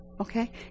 Okay